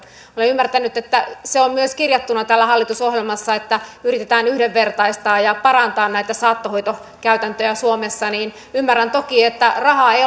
olen ymmärtänyt että se on myös kirjattuna täällä hallitusohjelmassa että yritetään yhdenvertaistaa ja parantaa näitä saattohoitokäytäntöjä suomessa ymmärrän toki että rahaa ei